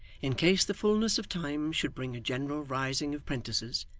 in case the fulness of time should bring a general rising of prentices,